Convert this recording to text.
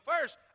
first